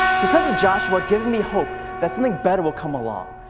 because of joshua giving me hope that something better will come along.